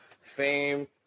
fame